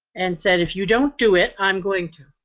and said, if you don't do it, i'm going to.